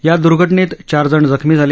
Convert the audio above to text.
या दूर्घ नेत चारजण जखमी झाले